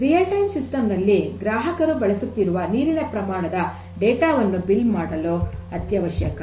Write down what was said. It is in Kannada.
ರಿಯಲ್ ಟೈಮ್ ಸಿಸ್ಟಮ್ ನಲ್ಲಿ ಗ್ರಾಹಕರು ಬಳಸುತ್ತಿರುವ ನೀರಿನ ಪ್ರಮಾಣದ ಡೇಟಾ ವನ್ನು ಬಿಲ್ ಮಾಡಲು ಅತ್ಯವಶ್ಯಕ